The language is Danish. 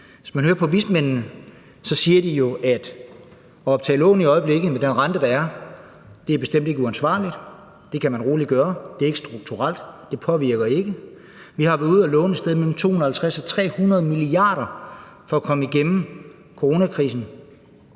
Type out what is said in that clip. Hvis man hører på vismændene, siger de jo, at det at optage lån i øjeblikket med den rente, der er, bestemt ikke er uansvarligt; det kan man roligt gøre – det er ikke strukturelt, det påvirker ikke. Vi har været ude at låne et sted mellem 250 og 350 mia. kr. for at komme igennem coronakrisen.